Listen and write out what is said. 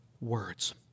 words